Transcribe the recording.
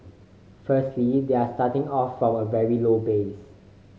firstly they are starting off from a very low base